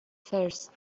first